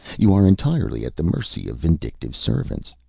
you are entirely at the mercy of vindictive servants.